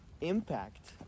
impact